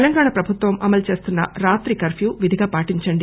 తెలంగాణ ప్రభుత్వం అమలు చేస్తున్న రాత్రి కర్ప్యూ విధిగా పాటించండి